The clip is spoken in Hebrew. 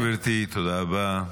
תודה, גברתי, תודה רבה.